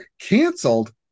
canceled